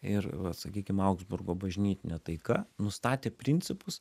ir va sakykim augsburgo bažnytinė taika nustatė principus